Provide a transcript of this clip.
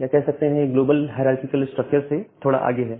या कह सकते हैं ग्लोबल हायरारकिकल स्ट्रक्चर से थोड़ा आगे है